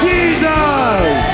Jesus